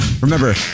Remember